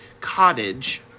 cottage